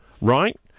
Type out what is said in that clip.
Right